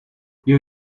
you